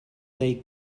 they